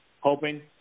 hoping